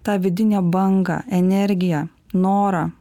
tą vidinę bangą energiją norą